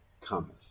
cometh